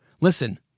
Listen